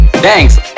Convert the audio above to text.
Thanks